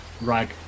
rag